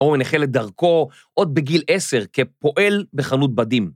אורן החל את דרכו עוד בגיל עשר כפועל בחנות בדים